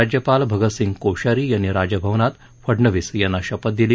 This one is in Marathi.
राज्यपाल भगत सिंह कोश्यारी यांनी राजभवनात फडवणीस यांना शपथ दिली